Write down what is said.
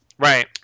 Right